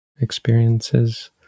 experiences